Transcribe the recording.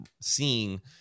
seeing